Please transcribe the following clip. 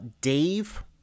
Dave